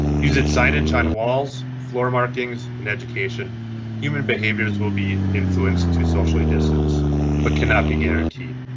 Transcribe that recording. using signage on walls, floor markings and education human behaviors will be influenced to socially distance but cannot be guaranteed.